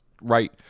right